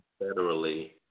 federally